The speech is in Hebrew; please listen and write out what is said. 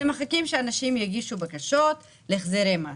אתם מחכים שאנשים יגישו בקשות להחזרי מס.